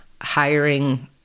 hiring